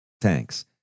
tanks